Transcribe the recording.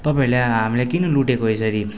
तपाईँहरूले हामीलाई किन लुटेको यसरी